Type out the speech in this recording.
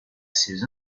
ces